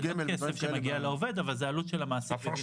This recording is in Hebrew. זה לא כסף שמגיע לעובד אבל זו עלות שהמעסיק נוטל על עצמו בגין העובד.